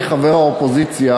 אני חבר האופוזיציה,